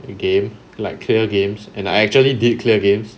the game like clear games and I actually did clear game